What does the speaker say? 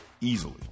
Easily